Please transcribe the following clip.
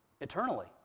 eternally